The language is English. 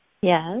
Yes